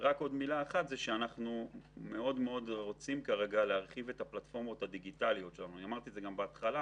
אנחנו רוצים כרגע להרחיב את הפלטפורמות הדיגיטליות אמרתי את זה בהתחלה